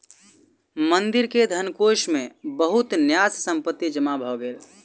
मंदिर के धनकोष मे बहुत न्यास संपत्ति जमा भ गेल